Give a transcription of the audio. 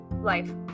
life